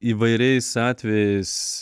įvairiais atvejais